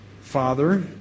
Father